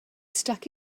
stuck